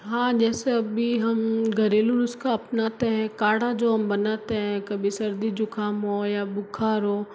हाँ जैसे अभी हम घरेलू नुस्खा अपनाते हैं काढ़ा जो हम बनाते हैं कभी सर्दी जुकाम हो या बुखार हो